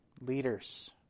Leaders